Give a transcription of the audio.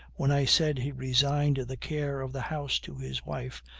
when i said he resigned the care of the house to his wife,